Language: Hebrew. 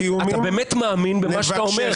אתה באמת מאמין במה שאתה אומר.